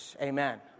Amen